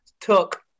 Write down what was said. took